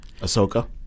Ahsoka